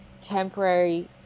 temporary